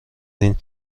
این